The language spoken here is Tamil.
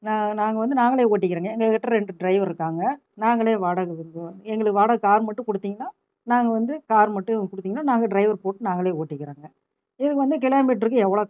நான் நாங்கள் வந்து நாங்களே ஓட்டிக்குறோங்க எங்கள்கிட்ட ரெண்டு டிரைவர் இருக்குறாங்க நாங்களே வாடகை விட்றோம் எங்களுக்கு வாடகை கார் மட்டும் கொடுத்தீங்கன்னா நாங்கள் வந்து கார் மட்டும் கொடுத்தீங்கன்னா நாங்கள் டிரைவர் போட்டு நாங்களே ஓட்டிக்கிறோங்க இதுக்கு வந்து கிலோமீட்டருக்கு எவ்வளோ